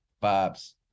Bob's